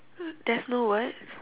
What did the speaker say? there's no words